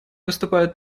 выступает